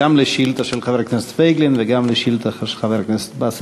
גם על השאילתה של חבר הכנסת פייגלין